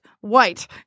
white